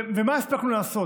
ומה הספקנו לעשות?